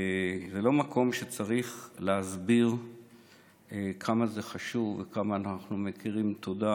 זה לא מקום שצריך להסביר כמה זה חשוב וכמה אנחנו מכירים תודה